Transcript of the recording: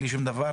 בלי שום דבר,